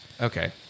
Okay